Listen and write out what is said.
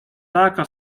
taka